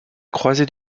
croisées